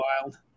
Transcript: wild